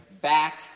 back